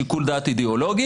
שיקול דעת אידאולוגי,